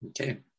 Okay